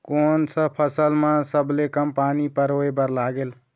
कोन सा फसल मा सबले कम पानी परोए बर लगेल?